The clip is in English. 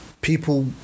people